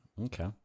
Okay